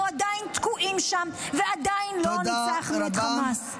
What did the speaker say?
עדיין תקועים שם ועדיין לא ניצחנו את חמאס.